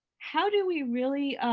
how do we really